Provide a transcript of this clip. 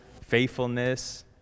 faithfulness